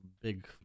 big